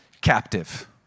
captive